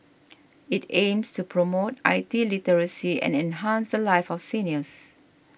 it aims to promote I T literacy and enhance the lives of seniors